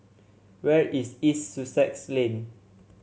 where is East Sussex Lane